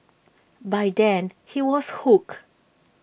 by then he was hooked